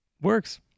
works